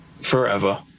forever